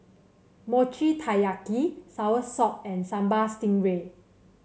Mochi Taiyaki soursop and Sambal Stingray